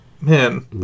Man